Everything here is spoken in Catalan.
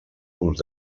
punts